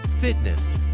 fitness